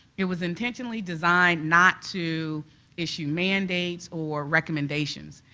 it was intentionally designed not to issue mandates or recommendations.